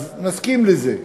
אז נסכים לזה.